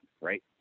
Right